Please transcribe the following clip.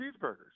cheeseburgers